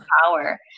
power